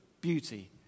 beauty